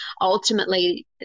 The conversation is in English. ultimately